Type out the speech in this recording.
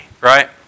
right